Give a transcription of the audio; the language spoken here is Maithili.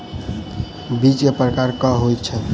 बीज केँ प्रकार कऽ होइ छै?